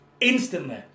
instantly